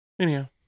Anyhow